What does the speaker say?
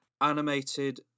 animated